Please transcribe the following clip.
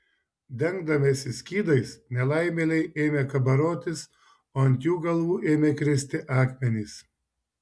dengdamiesi skydais nelaimėliai ėmė kabarotis o ant jų galvų ėmė kristi akmenys